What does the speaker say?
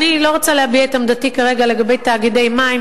אני לא רוצה להביע את עמדתי כרגע על תאגידי מים,